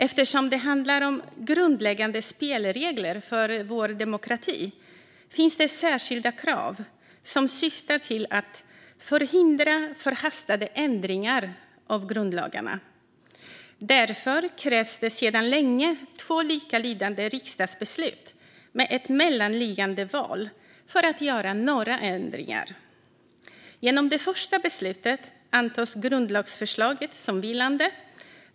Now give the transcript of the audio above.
Eftersom det handlar om grundläggande spelregler för vår demokrati finns det särskilda krav som syftar till att förhindra förhastade ändringar av grundlagarna. Därför krävs det sedan länge två likalydande riksdagsbeslut med ett mellanliggande val för att göra några ändringar. Genom det första beslutet antas grundlagsförslaget som vilande.